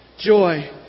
Joy